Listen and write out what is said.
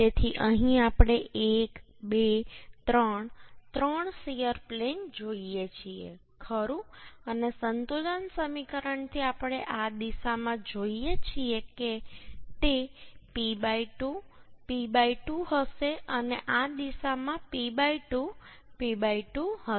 તેથી અહીં આપણે એક બે ત્રણ ત્રણ શીયર પ્લેન જોઈએ છીએ ખરું અને સંતુલન સમીકરણથી આપણે આ દિશામાં જોઈએ છીએ તે P 2 P 2 હશે અને આ દિશામાં તે P 2 P 2 હશે